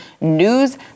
NEWS